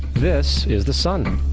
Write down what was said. this is the sun.